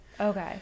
Okay